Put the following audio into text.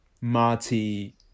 Marty